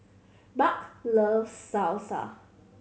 Buck loves Salsa